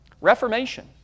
Reformation